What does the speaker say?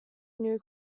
new